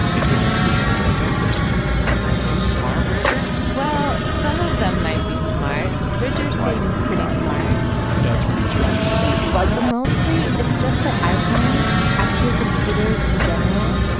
it isn't because our kids are smart you're so smart, bridger. well, some of them might be smart. bridger seems pretty smart that's producer luisa beck but mostly it's just that iphones, actually computers in general,